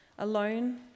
alone